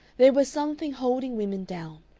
there was something holding women down,